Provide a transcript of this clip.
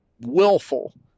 willful